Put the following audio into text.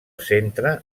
centre